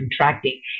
contracting